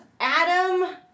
Adam